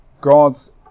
God's